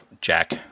jack